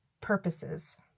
purposes